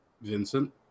Vincent